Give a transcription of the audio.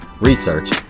research